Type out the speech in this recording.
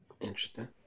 Interesting